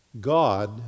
God